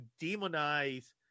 demonize